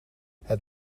het